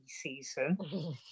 season